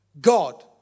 God